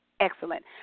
Excellent